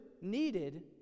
needed